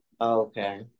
Okay